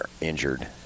injured